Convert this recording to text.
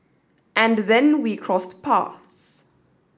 and then we crossed paths